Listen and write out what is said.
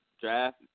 Draft